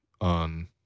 on